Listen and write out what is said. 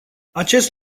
acest